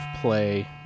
play